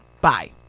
Bye